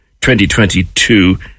2022